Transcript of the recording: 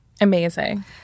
Amazing